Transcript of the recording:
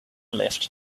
left